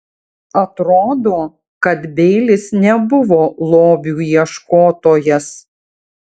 atrodo kad beilis nebuvo lobių ieškotojas